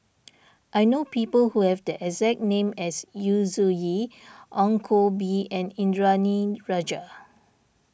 I know people who have the exact name as Yu Zhuye Ong Koh Bee and Indranee Rajah